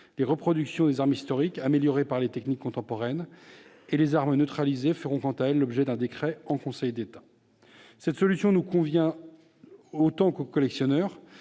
Les reproductions des armes historiques, améliorées par les techniques contemporaines, et les armes neutralisées feront quant à elles l'objet d'un décret en Conseil d'État. Cette solution nous convenant autant qu'aux collectionneurs,